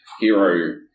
hero